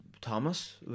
Thomas